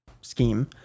scheme